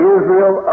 Israel